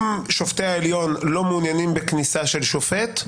אם שופטי העליון לא מעוניינים בכניסה של שופט,